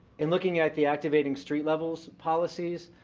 in looking at the activating street levels policies,